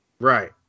right